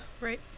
Right